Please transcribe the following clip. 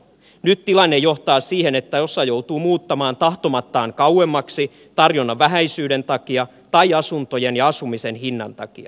nyt tilanne johtaa siihen että osa joutuu muuttamaan tahtomattaan kauemmaksi tarjonnan vähäisyyden takia tai asuntojen ja asumisen hinnan takia